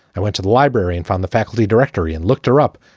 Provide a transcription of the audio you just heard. i went to the library and found the faculty directory and looked her up.